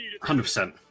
100%